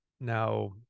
now